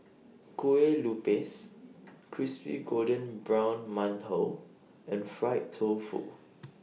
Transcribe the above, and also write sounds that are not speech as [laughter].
Kueh Lupis [noise] Crispy Golden Brown mantou and Fried Tofu